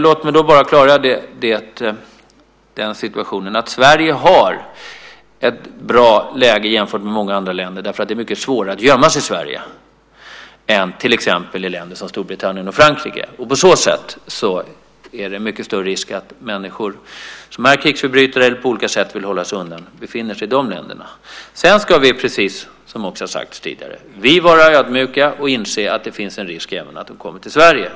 Låt mig klargöra att Sverige har ett bra läge jämfört med många andra länder, därför att det är mycket svårare att gömma sig i Sverige än till exempel i länder som Storbritannien och Frankrike. På så sätt är det mycket större risk att människor som är krigsförbrytare eller på olika sätt vill hålla sig undan befinner sig i de länderna. Vi ska, precis som har sagts tidigare, vara ödmjuka och inse att det finns en risk även att de kommer till Sverige.